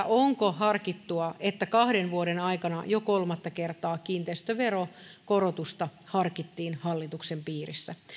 onko harkittua että kahden vuoden aikana jo kolmatta kertaa kiinteistöveron korotusta harkittiin hallituksen piirissä